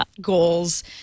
goals